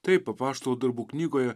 taip apaštalų darbų knygoje